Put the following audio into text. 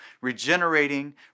regenerating